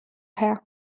hea